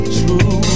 true